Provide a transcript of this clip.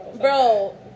bro